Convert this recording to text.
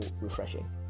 refreshing